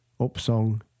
Upsong